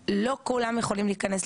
זה לא נכון להגיד את זה,